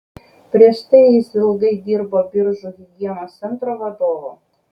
prieš tai jis ilgai dirbo biržų higienos centro vadovu